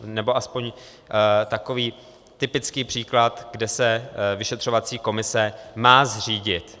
Nebo aspoň takový typický příklad, kde se vyšetřovací komise má zřídit.